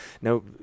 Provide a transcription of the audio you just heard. no